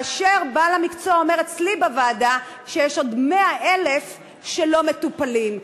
ובעל המקצוע אומר אצלי בוועדה שיש עוד 100,000 שלא מטופלים.